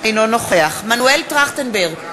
אינו נוכח מנואל טרכטנברג,